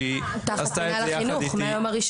שהיא עשתה זה יחד איתי,